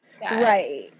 right